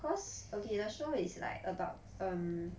cause okay the show is like about um